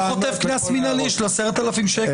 היה חוטף קנס מנהלי של 10,000 שקל.